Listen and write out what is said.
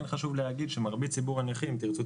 כן חשוב לומר שמרבית ציבור הנכים אם תרצו,